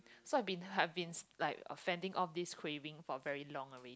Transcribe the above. so I've been I've been like fending off this craving for very long already